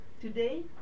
today